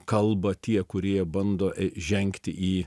kalba tie kurie bando žengti į